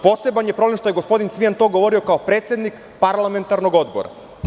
Poseban je problem što je gospodin Cvijan to govorio kao predsednik parlamentarnog odbora.